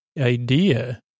idea